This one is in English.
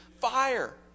fire